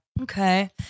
Okay